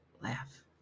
laugh